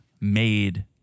made